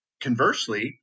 Conversely